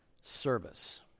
service